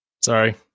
Sorry